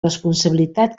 responsabilitat